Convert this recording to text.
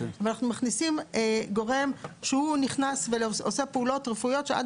אבל אנחנו מכניסים גורם שהוא נכנס ועושה פעולות רפואיות שעד